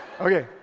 Okay